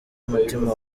umutima